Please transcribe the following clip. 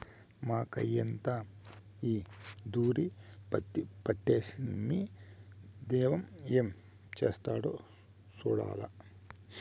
మాకయ్యంతా ఈ తూరి పత్తి పంటేస్తిమి, దైవం ఏం చేస్తాడో సూడాల్ల